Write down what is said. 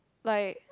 like